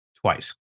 twice